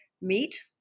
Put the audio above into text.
Meat